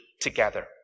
together